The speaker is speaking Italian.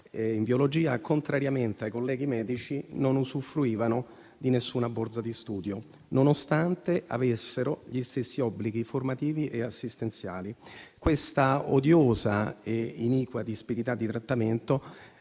in biologia, contrariamente ai colleghi medici, non usufruivano di nessuna borsa di studio, nonostante avessero gli stessi obblighi formativi e assistenziali. Questa odiosa e iniqua disparità di trattamento